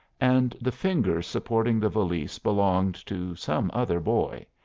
and the fingers supporting the valise belonged to some other boy,